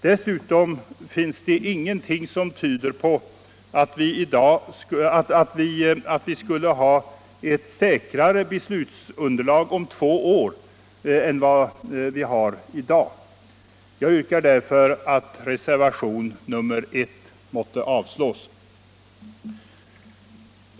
Dessutom finns det ingenting som tyder på att vi skulle ha ett säkrare beslutsunderlag om två år än vad vi har i dag. Jag yrkar därför att reservationen 1 måtte avslås.